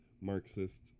Marxist